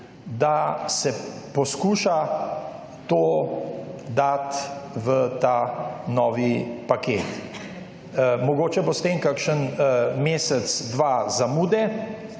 da se poskuša to dati v ta novi paket. Mogoče bo s tem kakšen mesec, dva zamude,